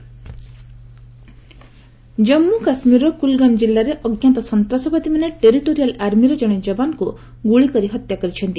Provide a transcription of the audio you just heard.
କେକେ killed Jammu କାଶ୍ମୀରର କୁଲ୍ଗାମ୍ କିଲ୍ଲାରେ ଅଜ୍ଞାତ ସନ୍ତାସବାଦୀମାନେ ଟେରିଟୋରିଆଲ୍ ଆର୍ମିର ଜଣେ ଯବାନଙ୍କୁ ଗୁଳି କରି ହତ୍ୟା କରିଛନ୍ତି